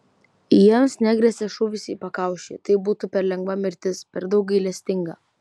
jiems negresia šūvis į pakaušį tai būtų per lengva mirtis per daug gailestinga